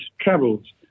travels